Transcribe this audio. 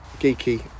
geeky